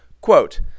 Quote